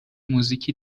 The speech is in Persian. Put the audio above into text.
موزیکی